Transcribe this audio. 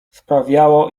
sprawiało